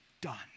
done